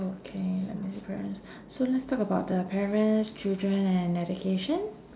okay let me pre~ so let's talk about the parents children and education